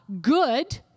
good